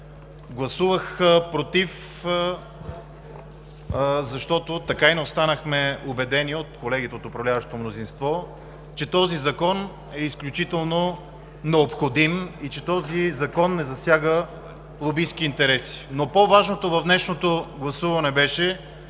Гласувах „против“, защото така и не останахме убедени от колегите от управляващото мнозинство, че този закон е изключително необходим и че не засяга лобистки интереси. По-важното в днешното гласуване беше,